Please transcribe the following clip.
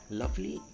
lovely